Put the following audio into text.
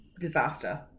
disaster